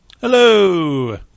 Hello